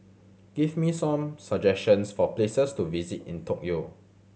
give me some suggestions for places to visit in Tokyo